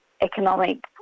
economic